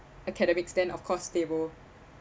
academics then of course they will